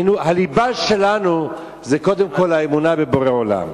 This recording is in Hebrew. הליבה שלנו זה קודם כול האמונה בבורא עולם,